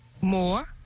More